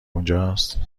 اونجاست